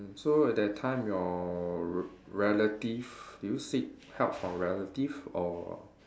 so at that time your re~ relative do you seek help from relative or